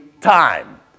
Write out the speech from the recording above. time